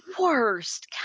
worst